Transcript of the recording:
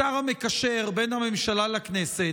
השר המקשר בין הממשלה לכנסת,